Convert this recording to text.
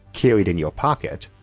carried in your pocket,